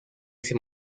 ese